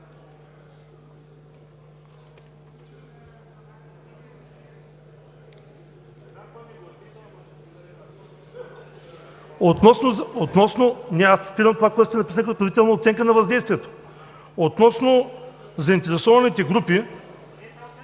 Относно заинтересованите групи,